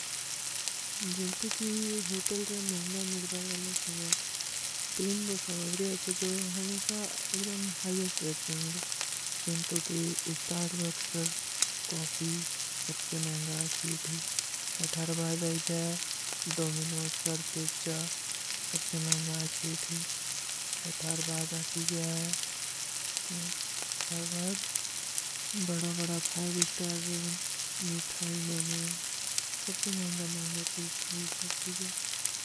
ଜିନ୍ତୋ କୀ ହୋଟଲ ମହେଂଗା ମିର୍ବାର ଵାଲେ ସମାର୍ଟ ତୀନ ଵୋ ସମାର୍ଗ ରହେ ହୈଂ, ଜୋ ହମେସା ଏକଡମ ହାଯେ ସ୍ଟେଟ ମେଂ ମିର୍ବାର ହୈ। ଜିନ୍ତୋ କୀ ସ୍ଟାର୍ଵକ୍ସର କୌଫୀ ସବସେ ମହେଂଗା ଅଚ୍ଛୀ ଥୀ। ହେଠାର ବାଦ ଆଈ ଜାଏ, ଡୋମୀନୋ ସର୍ପେଚ ଜାଏ, ସବସେ ମହେଂଗା ଆଚ୍ଛୀ ଥୀ। ହେଠାର ବାଦ ଆସୀ ଜାଏ, ବଡା ବଡା ଫାଇବୀ ସ୍ଟାର ମିଠାଈ ମନେ। ସବସେ ମହେଂଗା ମହେଂଗା ଚୀସ ଥା, ଯହ ସବ ଚୀଜୋ।